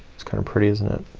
it's kind of pretty isn't it?